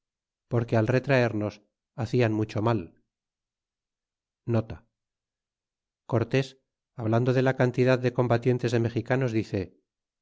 porque al retraemos hacian mucho mal pues para pasar quernalles las casas ya he di cortés hablando de la cantidad de combatientes de mejicanos dice